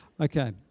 Okay